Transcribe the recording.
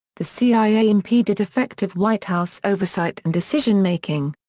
the cia impeded effective white house oversight and decision-making.